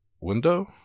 window